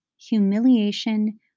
humiliation